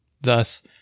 Thus